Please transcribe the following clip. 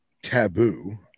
taboo